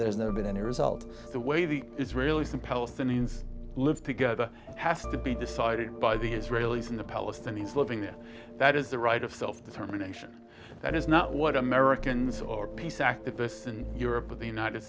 there's never been any result the way the israelis and palestinians live together have to be decided by the israelis and the palestinians living there that is the right of self determination that is not what americans or peace activists in europe of the united